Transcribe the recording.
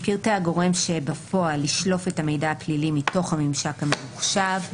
פרטי הגורם שבפועל ישלוף את המידע הפלילי מתוך הממשק הממוחשב,